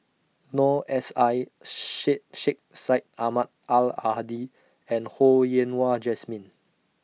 Noor S I Sheikh Sheikh Syed Ahmad Al Are Hadi and Ho Yen Wah Jesmine